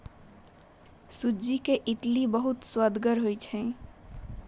सूज्ज़ी के इडली बहुत सुअदगर होइ छइ